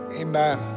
Amen